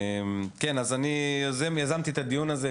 אני יזמתי את הדיון הזה,